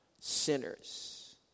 sinners